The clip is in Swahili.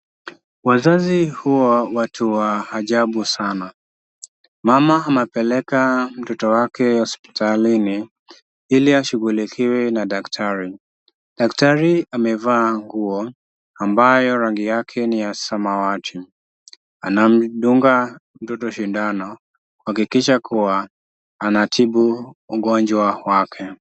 Wazazi huwa watu wa ajabu sana. Mama anapeleka mtoto wake hospitalini ili ashughulikiwe na daktari. Daktari amevaa nguo ambayo rangi yake ni ya samawati, anamdunga mtoto sindano kuhakikisha kuwa anatibu ugonjwa wake.